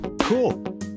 cool